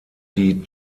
die